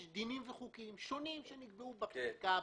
דינים וחוקים שונים שנקבעו בפסיקה ובתקנות.